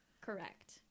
Correct